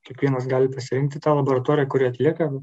kiekvienas gali pasirinkti tą laboratoriją kuri atlieka